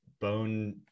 bone